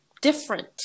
different